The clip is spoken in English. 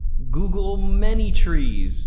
google many trees